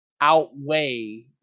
outweigh